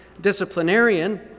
disciplinarian